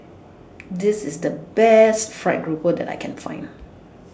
This IS The Best Fried Grouper that I Can Find